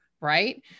right